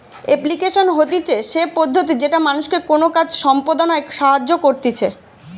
application হতিছে সে পদ্ধতি যেটা মানুষকে কোনো কাজ সম্পদনায় সাহায্য করতিছে